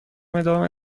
ادامه